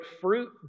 fruit